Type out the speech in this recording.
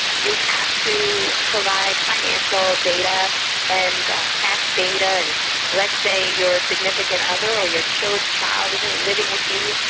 you have to provide financial data and tax data and let's say your significant other or your child child is and living with you,